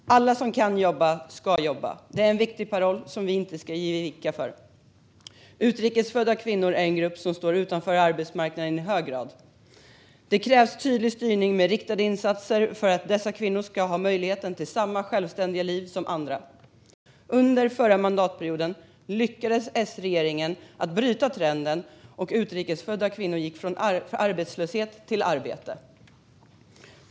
Fru talman! Alla som kan jobba ska jobba. Det är en viktig paroll som vi inte ska ge avkall på. Utrikes födda kvinnor är en grupp som står utanför arbetsmarknaden i hög grad. Det krävs tydlig styrning med riktade insatser för att dessa kvinnor ska ha samma möjlighet till självständiga liv som andra. Under förra mandatperioden lyckades S-regeringen bryta trenden, och utrikes födda kvinnor gick från arbetslöshet till arbete.